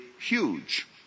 huge